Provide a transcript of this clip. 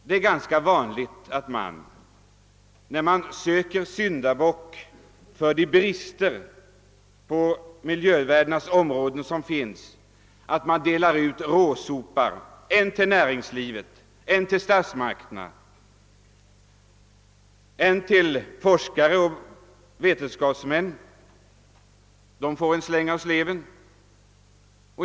Det är ganska vanligt att man, när man söker en syndabock för de brister som finns på miljövärdenas områden, delar ut råsopar än till näringslivet, än till statsmakterna, än till forskare och vetenskapsmän — de får också en släng av sleven.